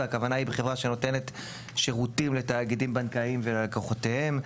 והכוונה היא בחברה שנותנת שירותים לתאגידים בנקאיים וללקוחותיהם,